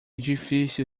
difícil